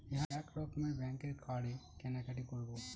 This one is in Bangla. এক রকমের ব্যাঙ্কের কার্ডে কেনাকাটি করব